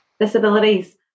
disabilities